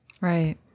right